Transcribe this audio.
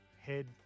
Head